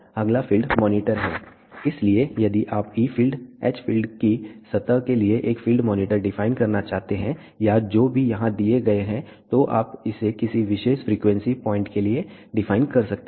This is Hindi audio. अगला फ़ील्ड मॉनिटर है इसलिए यदि आप E फ़ील्ड H फ़ील्ड की सतह के लिए एक फ़ील्ड मॉनिटर डिफाइन करना चाहते हैं या जो भी यहाँ दिए गए हैं तो आप इसे किसी विशेष फ्रीक्वेंसी पॉइंट के लिए डिफाइन कर सकते हैं